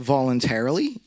Voluntarily